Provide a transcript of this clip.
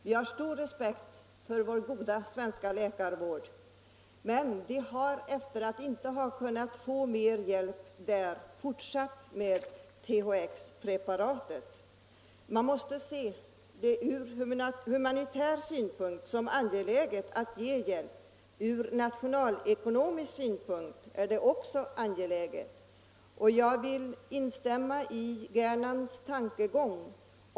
Vi har stor respekt för vår goda svenska läkarvård, men dessa människor har, efter att inte ha kunnat få mer hjälp från läkarvårdssidan, fortsatt med THX-preparatet. Man måste från humanitär synpunkt se det som angeläget att ge dem denna hjälp. Från nationalekonomisk synpunkt är det också angeläget. Jag vill instämma i herr Gernandts tankegång.